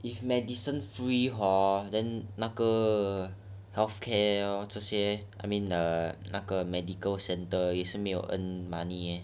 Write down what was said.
if medicine free hor then 那个 healthcare orh 这些 I mean uh 那个 medical centre 也是没 earn money eh